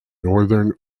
northern